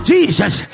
Jesus